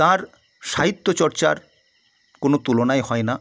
তাঁর সাহিত্যচর্চার কোনো তুলনাই হয় না